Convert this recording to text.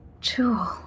Jewel